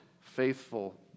faithful